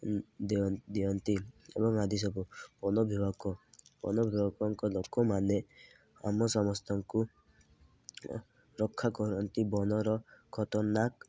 ଦିଅ ଦିଅନ୍ତି ଏବଂ ଆଦି ସବୁ ଲୋକମାନେ ଆମ ସମସ୍ତଙ୍କୁ ରକ୍ଷା କରନ୍ତି ବନର ଖତରନାକ୍